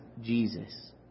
Jesus